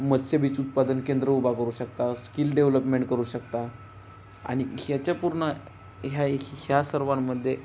मत्स्यबीज उत्पादन केंद्र उभा करू शकता स्किल डेव्हलपमेंट करू शकता आणिक ह्याच्या पूर्ण ह्या ह्या सर्वांमध्ये